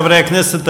חברי הכנסת,